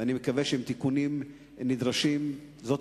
ואני מקווה שעם התיקונים הנדרשים זאת